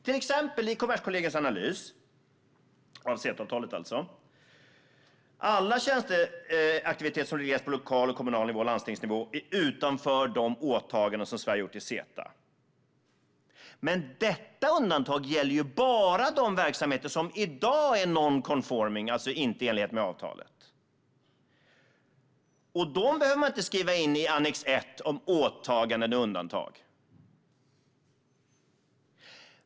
I Kommerskollegiums analys av CETA-avtalet står det till exempel att alla tjänsteaktiviteter som regleras på kommunal, lokal och landstingsnivå är utanför de åtaganden som Sverige har gjort i CETA. Men detta undantag gäller bara de verksamheter som i dag är non-conforming, alltså inte i enlighet med avtalet. Dem behöver man inte skriva in i annex 1 om åtaganden och undantag.